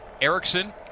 Erickson